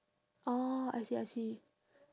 orh I see I see